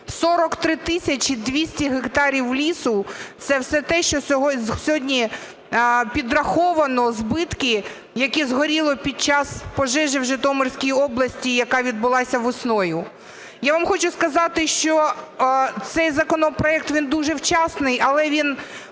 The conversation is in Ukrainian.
43 тисячі 200 гектарів лісу – це все те, що сьогодні підраховано, збитки, які… згоріло під час пожежі в Житомирській області, яка відбулася весною. Я вам хочу сказати, що цей законопроект, він дуже вчасний, але він